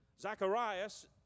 Zacharias